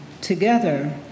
together